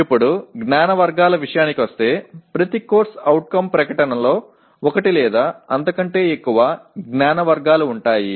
இப்போது அறிவு வகைகளுக்கு வரும்போது ஒவ்வொரு CO அறிக்கையிலும் ஒன்று அல்லது அதற்கு மேற்பட்ட அறிவு வகைகள் இருக்கும்